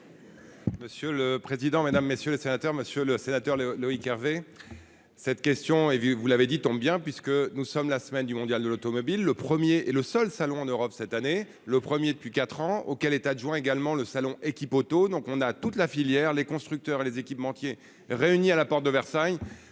Monsieur le président, Mesdames, messieurs les sénateurs, Monsieur le Sénateur, le Loïc Hervé, cette question est, vous l'avez dit tombe bien puisque nous sommes la semaine du Mondial de l'automobile, le 1er et le seul salon en Europe cette année, le 1er depuis 4 ans auquel est adjoint également le salon Equip Auto, donc on a toute la filière, les constructeurs et les équipementiers, réunis à la porte de Versailles